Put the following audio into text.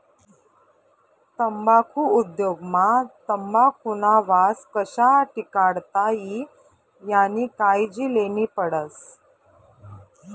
तम्बाखु उद्योग मा तंबाखुना वास कशा टिकाडता ई यानी कायजी लेन्ही पडस